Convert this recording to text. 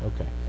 Okay